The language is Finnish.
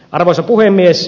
arvoisa puhemies